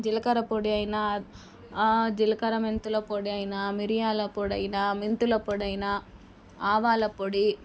జీలకర్ర పొడి అయినా జీలకర్ర మెంతులు పొడి అయిన మిరియాల పొడి అయినా మెంతులు పొడి అయినా ఆవాల పొడి